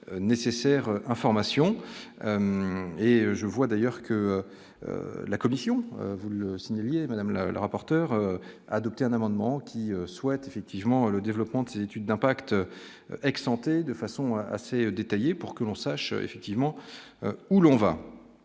je vois d'ailleurs que la commission vous le signaliez Madame la le rapporteur adopter un amendement qui souhaite effectivement le développement de ces études d'impact ex-santé de façon assez détaillée, pour que l'on sache effectivement où l'on va,